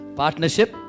partnership